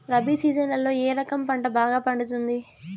రబి సీజన్లలో ఏ రకం పంట బాగా పండుతుంది